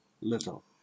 little